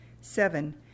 seven